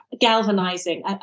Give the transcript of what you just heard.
galvanizing